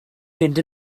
fynd